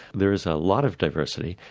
there is a lot of diversity.